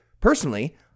personally